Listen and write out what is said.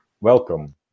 Welcome